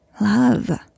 love